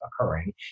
occurring